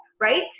right